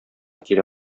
килә